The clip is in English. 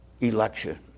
election